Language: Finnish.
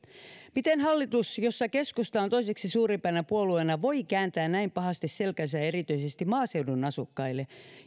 miten hallitus jossa keskusta on toiseksi suurimpana puolueena voi kääntää näin pahasti selkänsä erityisesti maaseudun asukkaille